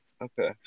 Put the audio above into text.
okay